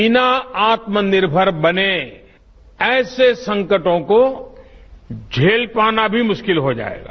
बिना आत्मनिर्मर बने ऐसे संकटों को झेल पाना भी मुश्किल हो जाएगा